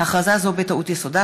הכרזה זו בטעות יסודה,